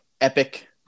epic